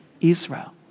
Israel